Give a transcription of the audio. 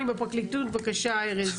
אלקטרוני בפרקליטות, בבקשה ארז.